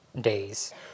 days